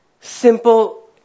simple